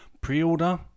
Pre-order